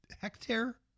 hectare